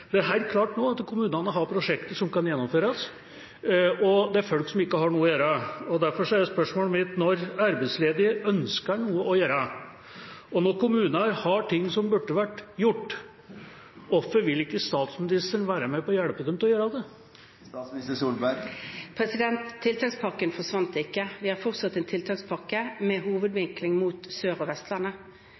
Det er nå helt klart at kommunene har prosjekter som kan gjennomføres, og det er folk som ikke har noe å gjøre. Derfor er spørsmålet mitt: Når arbeidsledige ønsker noe å gjøre, og når kommuner har ting som burde vært gjort – hvorfor vil ikke statsministeren være med på å hjelpe dem til å gjøre det? Tiltakspakken forsvant ikke. Vi har fortsatt en tiltakspakke med hovedvinkling mot Sør- og Vestlandet.